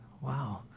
Wow